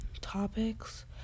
topics